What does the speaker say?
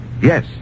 yes